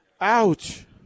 Ouch